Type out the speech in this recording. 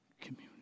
community